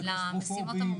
ולקלאוסטרופובים,